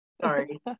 Sorry